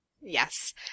Yes